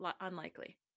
Unlikely